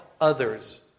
others